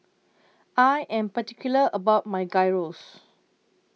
I Am particular about My Gyros